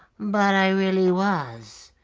but i really was.